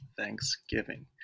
Thanksgiving